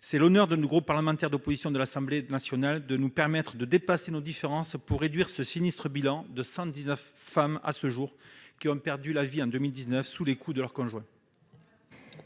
C'est l'honneur du groupe parlementaire d'opposition à l'Assemblée nationale de nous permettre de dépasser nos différences pour réduire ce sinistre bilan de 119 femmes ayant à ce jour perdu la vie en 2019 sous les coups de leur conjoint.